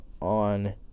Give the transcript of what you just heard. on